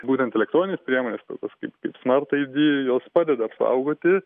būtent elektroninės priemonės tokios kaip smart id jos padeda apsaugoti